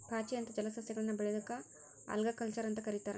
ಪಾಚಿ ಅಂತ ಜಲಸಸ್ಯಗಳನ್ನ ಬೆಳಿಯೋದಕ್ಕ ಆಲ್ಗಾಕಲ್ಚರ್ ಅಂತ ಕರೇತಾರ